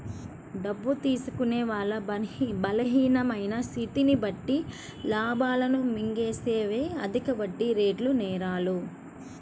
డబ్బు తీసుకునే వాళ్ళ బలహీనమైన స్థితిని బట్టి లాభాలను మింగేసేవే అధిక వడ్డీరేటు నేరాలు